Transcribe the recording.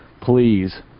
please